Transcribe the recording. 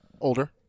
older